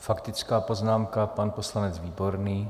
Faktická poznámka, pan poslanec Výborný.